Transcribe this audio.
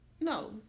No